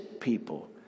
people